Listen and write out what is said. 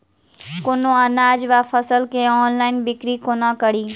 कोनों अनाज वा फसल केँ ऑनलाइन बिक्री कोना कड़ी?